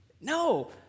No